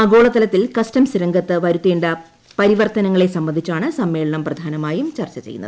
ആഗോളതലത്തിൽ കസ്റ്റംസ് രംഗത്ത് വരുത്തേണ്ട ഷ്യാറ്റ്വർത്തനങ്ങളെ സംബന്ധിച്ചാണ് സമ്മേളനം പ്രധാനമായും ചർച്ചപ്പെയ്യുന്നത്